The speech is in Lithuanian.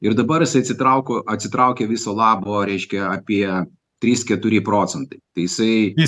ir dabar jis atsitrauko atsitraukė viso labo reiškia apie trys keturi procentai tai jisai